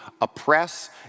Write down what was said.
oppress